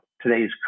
today's